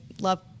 love